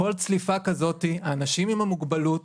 כל צליפה כזאת, האנשים עם המוגבלות